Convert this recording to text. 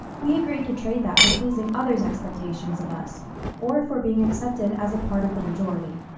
we agreed to trade that for pleasing others' expectations of us or for being accepted as a part of the majority.